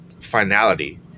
finality